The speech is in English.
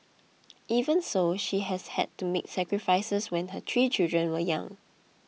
even so she has had to make sacrifices when her three children were young